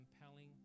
compelling